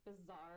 bizarre